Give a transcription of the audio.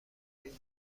این